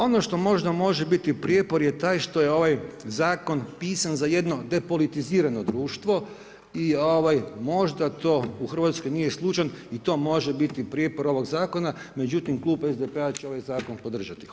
Ono što možda može biti prijepor je taj što je ovaj zakon pisan za jedno depolitizirano društvo i možda to u Hrvatskoj nije slučajno i to može biti prijepor ovog zakona, međutim klub SDP-a će ovaj zakon podržati.